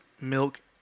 milk